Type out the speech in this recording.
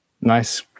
Nice